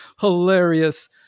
hilarious